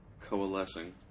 Coalescing